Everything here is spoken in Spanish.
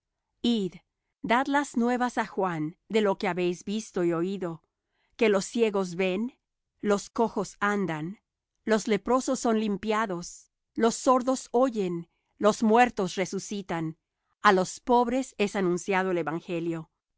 id dad las nuevas á juan de lo que habéis visto y oído que los ciegos ven los cojos andan los leprosos son limpiados los sordos oyen los muertos resucitan á los pobres es anunciado el evangelio